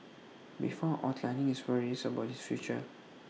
before outlining his worries about his future